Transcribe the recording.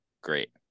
great